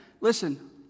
Listen